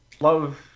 love